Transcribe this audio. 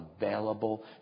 available